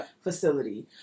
facility